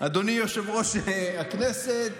אדוני יושב-ראש הישיבה,